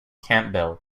campbell